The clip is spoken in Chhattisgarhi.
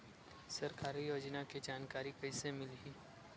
सरकारी योजना के जानकारी कइसे मिलही?